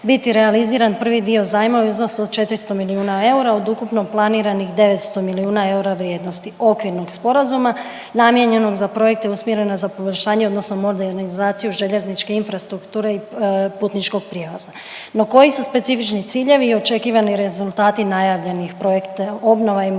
biti realiziran prvi dio zajma u iznosu od 400 milijuna eura od ukupno planiranih 900 milijuna eura vrijednosti okvirnog sporazuma, namijenjenom za projekte usmjerene za poboljšanje odnosno modernizaciju željezničke infrastrukture i putničkog prijevoza. No, koji su specifični ciljevi i očekivani rezultati najavljenih projekta, obnova i modernizacije